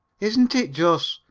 isn't it just!